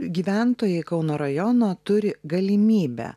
gyventojai kauno rajono turi galimybę